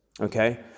okay